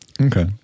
Okay